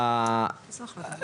איזו החלטות ממשלה?